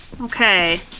okay